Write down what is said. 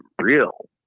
real